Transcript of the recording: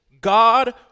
God